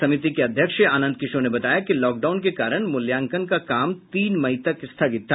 समिति के अध्यक्ष आनंद किशोर ने बताया कि लॉक डाउन के कारण मूल्याकंन का काम तीन मई तक स्थगित था